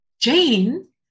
Jane